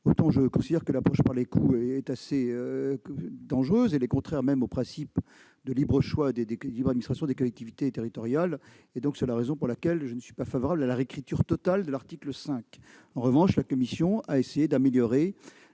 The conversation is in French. autant je considère que l'approche par les coûts est assez dangereuse, et même contraire au principe de libre administration des collectivités territoriales. C'est la raison pour laquelle je ne suis pas favorable à la réécriture totale de l'article 5. En revanche, la commission a essayé d'améliorer